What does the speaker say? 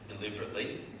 deliberately